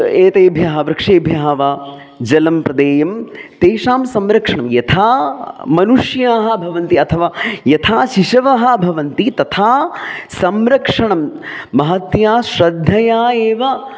एतेभ्यः वृक्षेभ्यः वा जलं प्रदेयं तेषां संरक्षणं यथा मनुष्याः भवन्ति अथवा यथा शिशवः भवन्ति तथा संरक्षणं महत्या श्रद्धया एव